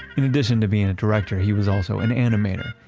in addition to being a director, he was also an animator.